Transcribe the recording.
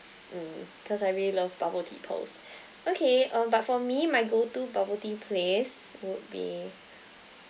mm cause I really love bubble tea pearls okay um but for me my go to bubble tea place would be